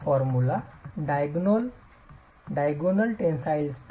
Diagonal tensile stress fd 0